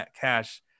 cash